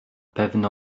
pewno